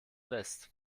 west